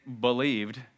believed